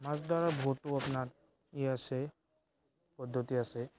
মাছ ধৰাৰ বহুতো আপনাৰ এই আছে পদ্ধতি আছে